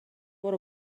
برو